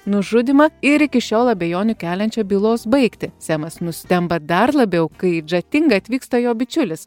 nužudymą ir iki šiol abejonių keliančią bylos baigtį semas nustemba dar labiau kai į džatingą atvyksta jo bičiulis